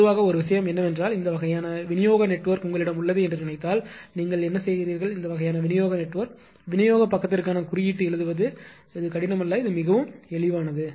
பொதுவாக ஒரு விஷயம் என்னவென்றால் இந்த வகையான விநியோக நெட்வொர்க் உங்களிடம் உள்ளது என்று நினைத்தால் நீங்கள் என்ன செய்கிறீர்கள் இந்த வகையான விநியோக நெட்வொர்க் விநியோகப் பக்கத்திற்கான குறியீட்டு எழுதுவது கடினம் அல்ல இது மிகவும் எளிதானது